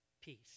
peace